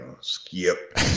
skip